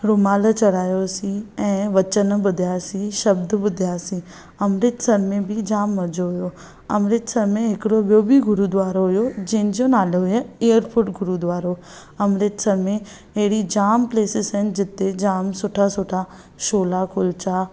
रुमाल चढ़ायोसीं ऐं वचन ॿुधयासीं शब्द ॿुधयासीं अमृतसर में बि जाम मज़ो हुयो अमृतसर में हिकिड़ो ॿियो बि गुरुद्वारो हुयो जिंहिं जो नालो हुयो एयरफु़ट गुरुद्वारो अमृतसर में हेॾी जाम प्लेसीस आहिनि जिते जाम सुठा सुठा छोला कुल्चा